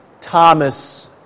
Thomas